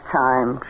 time